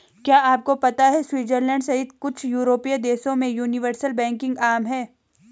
क्या आपको पता है स्विट्जरलैंड सहित कुछ यूरोपीय देशों में यूनिवर्सल बैंकिंग आम है?